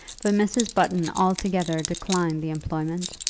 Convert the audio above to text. but mrs. button altogether declined the employment,